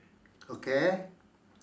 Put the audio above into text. okay